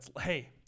hey